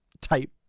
type